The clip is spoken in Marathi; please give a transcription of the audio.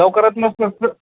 लवकरात लवकर कर